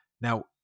Now